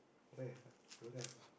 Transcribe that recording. where don't have ah